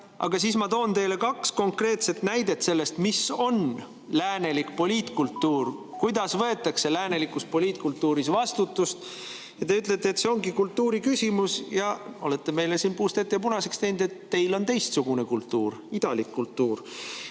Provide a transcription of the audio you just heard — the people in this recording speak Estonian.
aga kui ma toon teile kaks konkreetset näidet sellest, mis on läänelik poliitkultuur, kuidas võetakse läänelikus poliitkultuuris vastutust, siis te ütlete, et see ongi kultuuri küsimus, ja olete meile siin puust ette ja punaseks teinud, et teil on teistsugune kultuur, idalik kultuur.